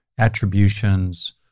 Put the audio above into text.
attributions